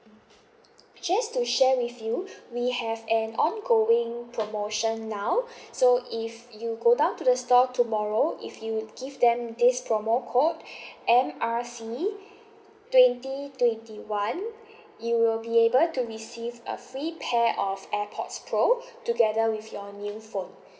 just to share with you we have an ongoing promotion now so if you go down to the store tomorrow if you give them this promo code M R C twenty twenty one you will be able to receive a free pair of airpods pro together with your new phone